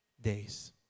days